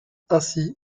ainsi